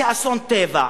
זה אסון טבע,